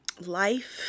life